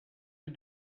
you